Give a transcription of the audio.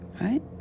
right